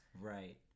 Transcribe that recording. Right